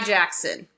Jackson